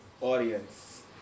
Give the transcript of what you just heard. audience